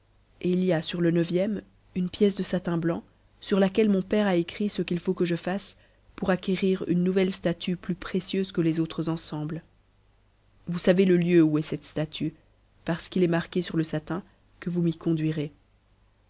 il y a sur le neuvième une pièce de satin blanc sur laquelle mon père m écrit ce qu'il faut que je fasse pour acquérir une nouvelle statue plus précieuse que les autres ensemble vous savez le lieu où est cette statue parce qu'il est marqué sur le satin que vous m'y conduirez